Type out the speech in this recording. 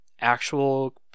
actual